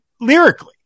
lyrically